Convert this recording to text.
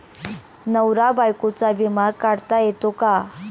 नवरा बायकोचा विमा काढता येतो का?